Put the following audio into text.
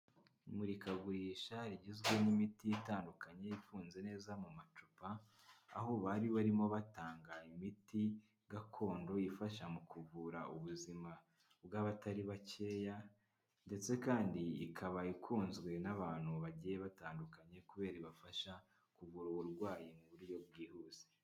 Imurikagurisha rigizwe n'imiti itandukanye ifunze neza mu macupa, aho bari barimo batanga imiti gakondo ifasha mu kuvura ubuzima bw'abatari bakeya, ndetse kandi ikaba ikunzwe n'abantu bagiye batandukanye kubera ibafasha kuvura uburwayi mu buryo bwihuse.